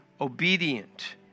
obedient